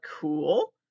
Cool